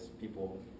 people